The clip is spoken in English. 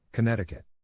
Connecticut